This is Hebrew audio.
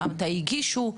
מתי הגישו,